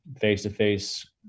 face-to-face